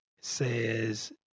says